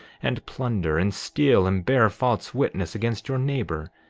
and plunder, and steal, and bear false witness against your neighbor,